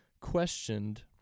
questioned